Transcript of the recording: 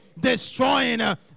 destroying